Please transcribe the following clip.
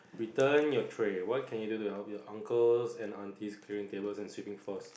return your tray what can you do to help you uncles and aunties clearing tables and sweeping floors